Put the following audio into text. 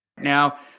Now